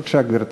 בבקשה, גברתי.